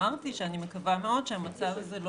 אמרתי שאני מקווה מאוד שהמצב הזה לא